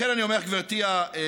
לכן אני אומר, גברתי השרה,